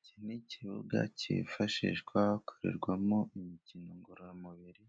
Iki ni ikibuga cyifashishwa hakorerwamo imikino ngororamubiri,